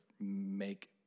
make